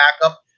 backup